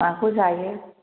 माखौ जायो